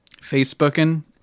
Facebooking